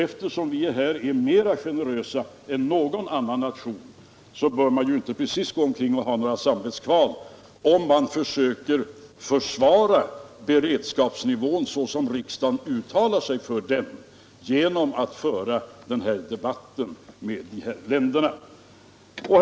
Eftersom vi är mera generösa än någon annan nation, bör man inte precis ha några samvetskval om man försöker försvara beredskapsnivån — såsom riksdagen uttalar sig för den — genom att föra den här debatten med dessa länder.